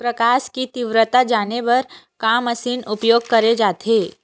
प्रकाश कि तीव्रता जाने बर का मशीन उपयोग करे जाथे?